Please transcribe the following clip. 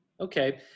Okay